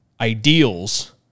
ideals